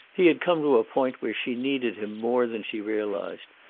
he had come to a point where she needed him more than she realized,